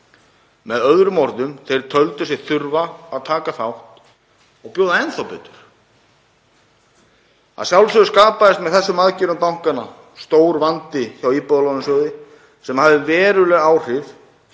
Með öðrum orðum, þeir töldu sig þurfa að taka þátt og bjóða enn þá betur. Að sjálfsögðu skapaðist með þessum aðgerðum bankanna stór vandi hjá Íbúðalánasjóði sem hafði veruleg áhrif